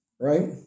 Right